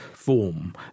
Form